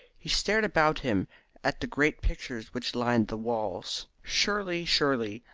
he stared about him at the great pictures which lined the walls. surely, surely,